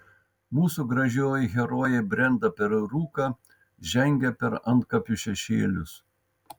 mūsų gražioji herojė brenda per rūką žengia per antkapių šešėlius